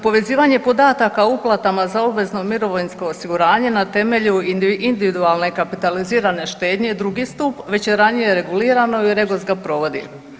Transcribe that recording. Povezivanje podataka o uplatama za obvezno mirovinsko osiguranje na temelju individualne kapitalizirane štednje, drugi stup već je ranije regulirano i REGOS ga provodi.